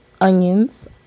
onions